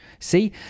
See